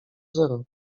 zero